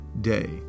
day